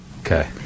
Okay